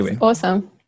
awesome